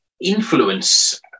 influence